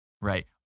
Right